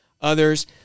others